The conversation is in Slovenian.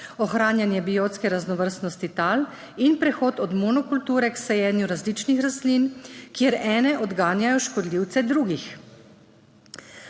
ohranjanje biotske raznovrstnosti tal in prehod od monokulture k sajenju različnih rastlin, kjer ene odganjajo škodljivce drugih,